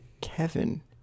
kevin